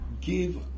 give